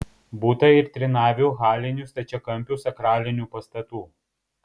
būta ir trinavių halinių stačiakampių sakralinių pastatų